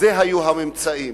אלה היו הממצאים,